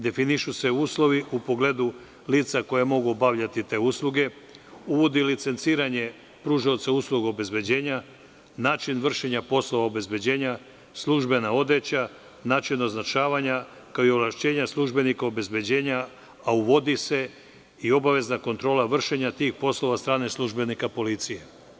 Definišu se uslovi u pogledu lica koja mogu obavljati te usluge, uvodi licenciranje pružaoca usluga obezbeđenja, način vršenja poslova obezbeđenja, službena odeća, način označavanja, kao i ovlašćenja službenika obezbeđenja, a uvodi se i obavezna kontrola vršenja tih poslova od strane službenika policije.